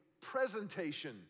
presentation